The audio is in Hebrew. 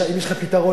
אבל תוריד לי את הזמן,